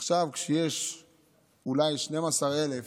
עכשיו, כשיש אולי 12,000,